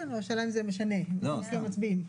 כן, אבל השאלה אם זה משנה, אם בכל מקרה מצביעים.